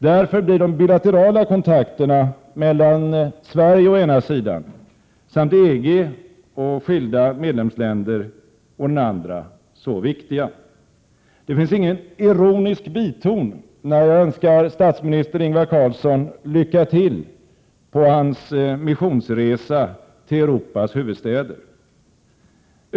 Därför blir de bilaterala kontakterna mellan Sverige å ena sidan samt EG och skilda medlemsländer å den andra så viktiga. Det finns ingen ironisk biton när jag önskar statsminister Ingvar Carlsson lycka till på hans missionsresa till Europas huvudstäder.